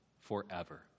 forever